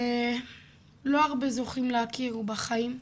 שלא הרבה זוכים להכיר בחיים,